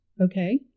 Okay